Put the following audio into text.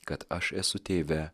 kad aš esu tėve